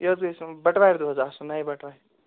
یہِ حظ گَژھِ آسُن بَٹوارِ دۄہ آسُن نَیہِ بَٹہٕ وارِ